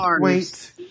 Wait